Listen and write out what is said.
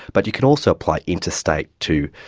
but you can also apply interstate to,